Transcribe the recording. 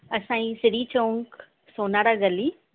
असांजी श्री चौंक सोनारा गली